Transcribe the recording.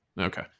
Okay